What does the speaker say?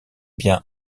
bien